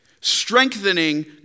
strengthening